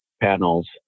panels